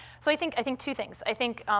so i think i think two things. i think,